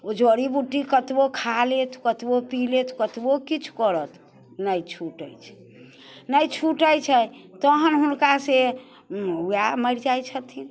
ओ जड़ी बूटी कतबो खा लेत कतबो पी लेत कतबो किछु करत नहि छुटै छै ने छुटै छै तहन हुनकासँ वएह मरि जाय छथिन